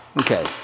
Okay